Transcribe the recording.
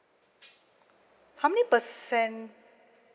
how many percent